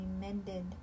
mended